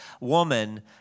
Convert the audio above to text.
woman